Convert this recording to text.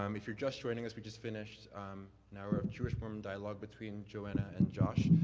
um if you're just joining us, we just finished an hour of jewish mormon dialogue between joanna an josh.